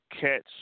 catch